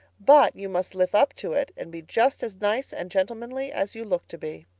but you must live up to it and be just as nice and gentlemanly as you look to be.